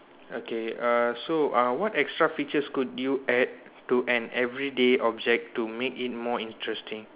okay err so uh what extra features could you add to an everyday object to make it more interesting